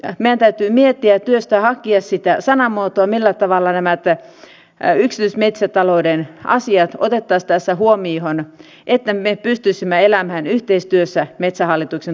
meidän täytyy miettiä ja työstää hakea sitä sanamuotoa millä tavalla nämä yksityismetsätalouden asiat otettaisiin tässä huomioon että me pystyisimme elämään yhteistyössä metsähallituksen toimintojen kanssa